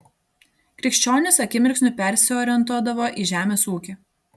krikščionys akimirksniu persiorientuodavo į žemės ūkį